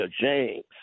James